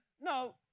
No